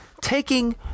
taking